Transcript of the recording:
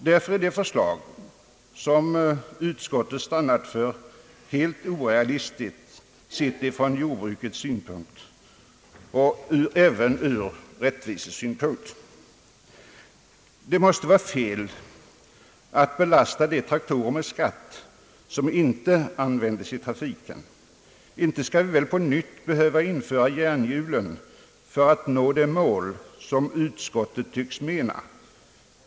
Därför är det förslag som utskottet stannat för helt orealistiskt sett från jordbrukets synpunkt och även från rättvisesynpunkt. Det måste vara fel att belasta de traktorer med skatt som inte används i trafik. Inte skall vi väl på nytt behöva införa järnhjulen för att nå det mål som utskottet tycks ha uppsatt.